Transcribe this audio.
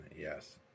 yes